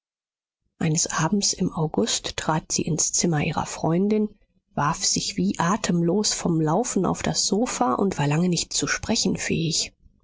eines abends im august trat sie ins zimmer ihrer freundin warf sich wie atemlos vom laufen auf das sofa und war lange nicht zu sprechen fähig